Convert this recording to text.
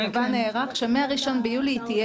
הצבא נערך שמה-1 ביולי היא תהיה שם.